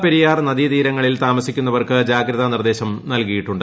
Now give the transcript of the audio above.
പെരിയാർ നദീതീരങ്ങളിൽ പമ്പ താമസിക്കുന്നവർക്ക് ജാഗ്രതാ നിർദ്ദേശം നൽകിയിട്ടുണ്ട്